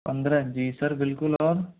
पंद्रह जी सर बिल्कुल और